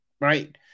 right